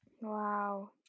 Wow